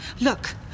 look